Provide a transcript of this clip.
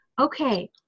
okay